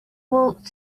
walked